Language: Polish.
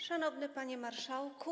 Szanowny Panie Marszałku!